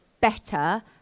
better